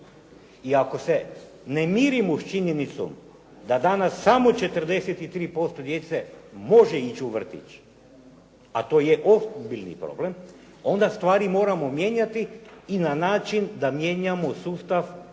I ako se ne mirimo s činjenicom da danas samo 43% djece može ići u vrtić a to je ozbiljni problem onda stvari moramo mijenjati i na način da mijenjamo sustav